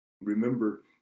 Remember